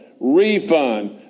refund